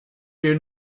you